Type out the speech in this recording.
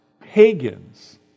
pagans